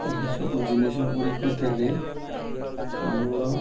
ଏହିସବୁ ଜିନିଷଗୁଡ଼ିକ ଦେଲେ ଆମର